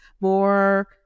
More